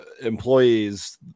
employees